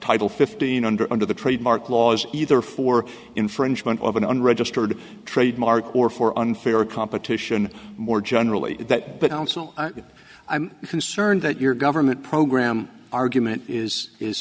title fifteen under under the trademark laws either for infringement of an unregistered trademark or for unfair competition more generally that but on so i'm concerned that your government program argument is is